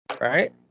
Right